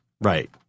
right